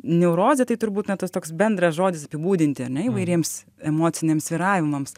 neurozė tai turbūt na tas toks bendras žodis apibūdinti įvairiems emociniams svyravimams